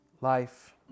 life